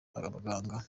abaganga